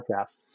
podcast